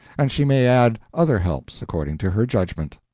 and she may add other helps, according to her judgment.